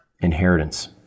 inheritance